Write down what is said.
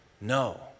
No